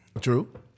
True